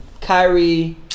Kyrie